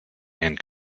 and